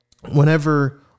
whenever